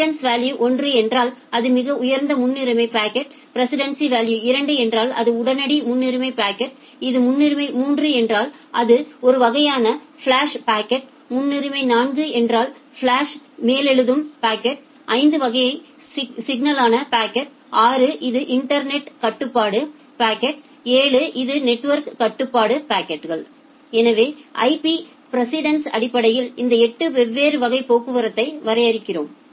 precedence value 1 என்றால் அது மிக உயர்ந்த முன்னுரிமை பாக்கெட் ப்ரெசிடென்ஸ் வேல்யு 2 என்றால் அது உடனடி முன்னுரிமை பாக்கெட் இது முன்னுரிமை 3 என்றால் அது ஒரு வகையான ஃபிளாஷ் பாக்கெட் முன்னுரிமை 4 என்றால் ஃபிளாஷ் மேலெழுதும் பாக்கெட் 5 வகை சிக்கலான பாக்கெட் 6 இது இன்டர்நெட் ஒர்க் கட்டுப்பாட்டு பாக்கெட் 7 இது நெட்வொர்க் கட்டுப்பாட்டு பாக்கெட்கள் எனவே IP ப்ரெசிடென்ஸ் அடிப்படையில் இந்த 8 வெவ்வேறு வகை போக்குவரத்தை வரையறுக்கிறோம்